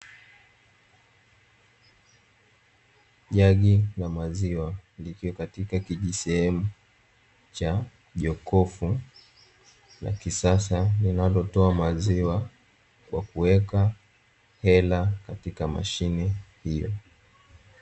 Jagi la maziwa likiwa katika kijisehemu cha jokofu la kisasa, linalotoa maziwa kwa kuweka hela katika mashine hiyo.